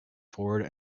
forward